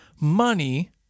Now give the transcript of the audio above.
money